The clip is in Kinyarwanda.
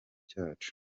cyacu